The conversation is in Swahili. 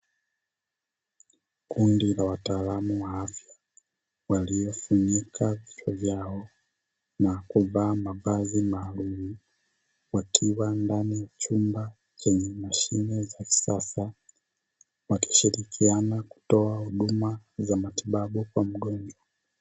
Kundi la wataalamu wa afya walifunika vichwa vyao na kuvaa mavazi maalumu wakiwa ndani ya chumba chenye mashine za kisasa, wakishirikiana kutoa huduma za matibabu kwa mgonjwa.